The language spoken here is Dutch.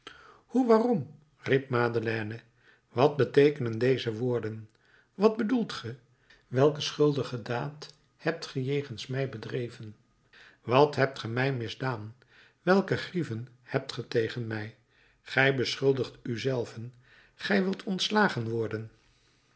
hoe waarom riep madeleine wat beteekenen deze woorden wat bedoelt ge welke schuldige daad hebt ge jegens mij bedreven wat hebt ge mij misdaan welke grieven hebt ge tegen mij gij beschuldigt u zelven gij wilt ontslagen worden